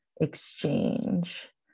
exchange